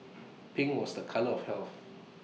pink was the colour of health